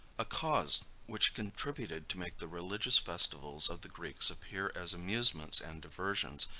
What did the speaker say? a cause, which contributed to make the religious festivals of the greeks appear as amusements and diversions,